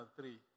three